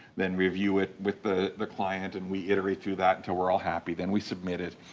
then review it with the the client, and we iterate through that until we're all happy. then, we submit it.